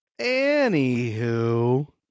Anywho